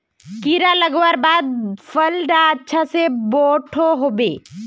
कीड़ा लगवार बाद फल डा अच्छा से बोठो होबे?